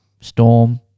Storm